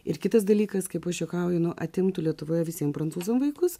ir kitas dalykas kaip aš juokauju nu atimtų lietuvoje visiem prancūzams vaikus